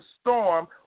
storm